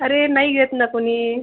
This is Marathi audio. अरे नाही येत ना कोणी